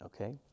okay